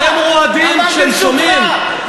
שרועדים כשהם שומעים,